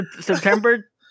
September